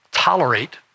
tolerate